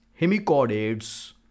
hemichordates